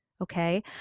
okay